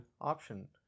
option